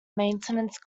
maintenance